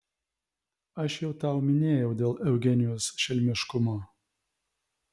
aš jau tau minėjau dėl eugenijaus šelmiškumo